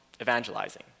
evangelizing